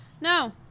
No